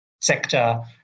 sector